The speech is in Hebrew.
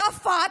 ערפאת,